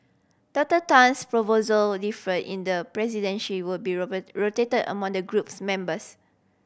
Doctor Tan's proposal differ in the presidency will be rotated among the group's members